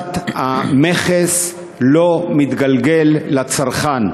הורדת המכס לא מתגלגלת לצרכן.